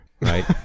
right